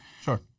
Sure